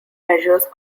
measures